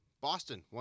Boston